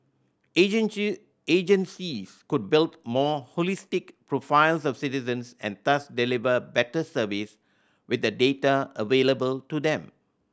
agencies could build more holistic profiles of citizens and thus deliver better service with the data available to them